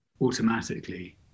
automatically